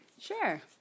Sure